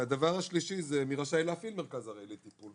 הדבר השלישי, מי רשאי להפעיל מרכז ארעי לטיפול?